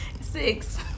Six